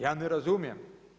Ja ne razumijem.